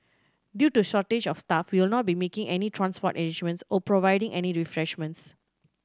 due to shortage of staff we will not be making any transport arrangements or providing any refreshments